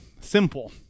simple